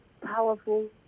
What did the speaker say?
powerful